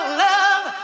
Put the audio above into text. love